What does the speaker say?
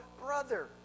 brother